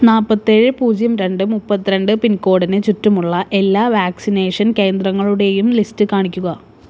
നാൽപ്പത്തേഴ് പൂജ്യം രണ്ട് മുപ്പത്തിരണ്ട് പിൻകോഡിന് ചുറ്റുമുള്ള എല്ലാ വാക്സിനേഷൻ കേന്ദ്രങ്ങളുടെയും ലിസ്റ്റ് കാണിക്കുക